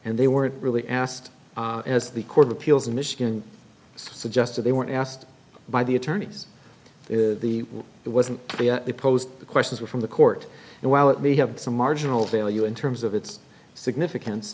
and they weren't really asked as the court of appeals in michigan suggested they were asked by the attorneys the it wasn't the post the questions were from the court and while it may have some marginal value in terms of its significance